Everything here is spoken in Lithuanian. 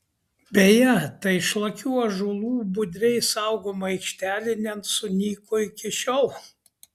beje ta išlakių ąžuolų budriai saugoma aikštelė nesunyko iki šiol